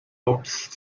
obst